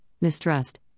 mistrust